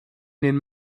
den